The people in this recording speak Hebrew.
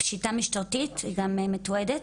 פשיטה משטרתית, היא גם מתועדת.